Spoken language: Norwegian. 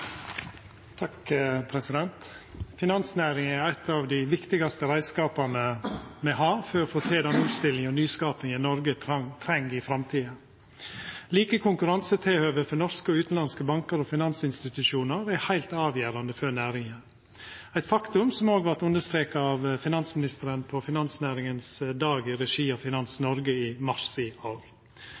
av dei viktigaste reiskapane me har for å få til den omstillinga og nyskapinga Noreg treng i framtida. Like konkurransetilhøve for norske og utanlandske bankar og finansinstitusjonar er heilt avgjerande for næringa – eit faktum som òg vart understreka av finansministeren på Finansnæringens dag i regi av Finans Norge i mars i